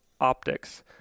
Optics